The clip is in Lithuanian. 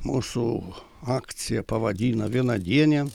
mūsų akciją pavadino vienadiene